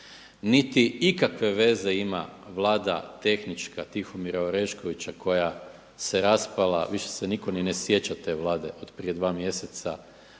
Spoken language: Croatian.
niti ikakve veze ima Vlada tehnička Tihomira Oreškovića koja se raspala. Više se nitko ni ne sjeća te Vlade od prije dva mjeseca,